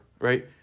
Right